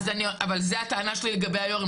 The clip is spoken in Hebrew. אבל זאת הטענה שלי לגבי היו"ר,